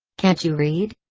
can't you read?